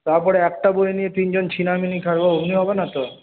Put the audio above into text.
তারপর একটা বই নিয়ে তিনজন ছিনা মিনি খাবে অমনি হবেনা তো